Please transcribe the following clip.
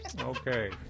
Okay